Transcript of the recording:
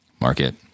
market